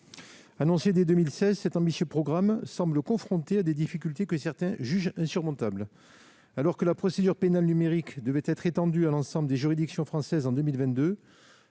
Annoncé dès 2016, cet ambitieux programme semble rencontrer des difficultés que certains jugent insurmontables. Alors que la procédure pénale numérique devait être étendue à l'ensemble des juridictions françaises en 2022,